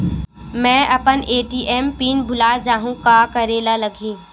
मैं अपन ATM pin भुला जहु का करे ला लगही?